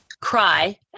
cry